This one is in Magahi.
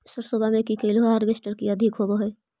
सरसोबा मे की कैलो हारबेसटर की अधिक होब है?